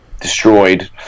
destroyed